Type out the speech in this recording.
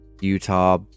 Utah